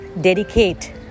dedicate